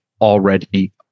already